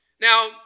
Now